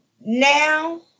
now